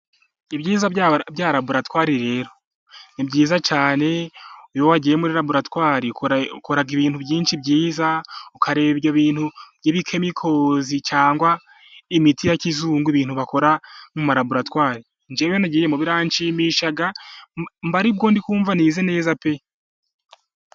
Ibyiza bya laboratware rero ni byiza cyane. Iyo wagiye muri laboratware ukora ibintu byinshi byiza, ukareba ibyo bintu by'ibikemikozi, cyangwa imiti ya kizungu. Ibintu bakora mu malaboratware. Njyewe iyo nagiyemo biranshimisha mba ari bwo ndikumva nize neza pe!